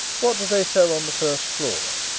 what do they sell on the first floor?